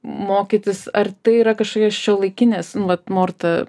mokytis ar tai yra kažkokia šiuolaikinės nu vat morta